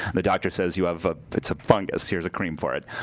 the doctor says you have, ah it's a fungus. here's a cream for it,